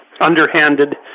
underhanded